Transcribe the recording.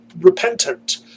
repentant